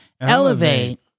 elevate